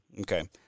Okay